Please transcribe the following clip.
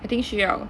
I think 需要